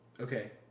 Okay